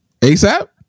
ASAP